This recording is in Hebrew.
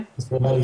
תודה רבה.